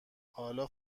حالا